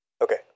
Okay